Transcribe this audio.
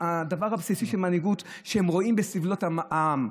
הדבר הבסיסי של מנהיגות זה שרואים בסבלות העם.